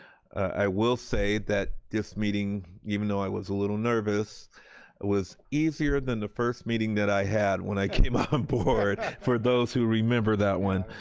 i will say that this meeting, even though i was a little nervous, it was easier than the first meeting that i had when i came on board for those who remember that one.